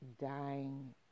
dying